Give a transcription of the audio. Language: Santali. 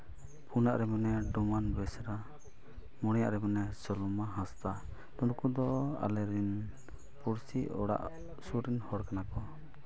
ᱯᱩᱱᱟᱜ ᱨᱮ ᱢᱮᱱᱟᱭᱟ ᱰᱳᱢᱟᱱ ᱵᱮᱥᱨᱟ ᱢᱚᱬᱮᱭᱟᱜ ᱨᱮ ᱢᱮᱱᱟᱭᱟ ᱥᱚᱞᱢᱟ ᱦᱟᱸᱥᱫᱟ ᱱᱩᱠᱩ ᱫᱚ ᱟᱞᱮ ᱨᱮᱱ ᱯᱩᱲᱥᱤ ᱚᱲᱟᱜ ᱥᱩᱨ ᱨᱮᱱ ᱦᱚᱲ ᱠᱟᱱᱟ ᱠᱚ